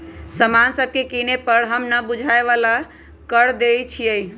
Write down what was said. समान सभके किने पर हम न बूझाय बला कर देँई छियइ